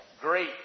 Great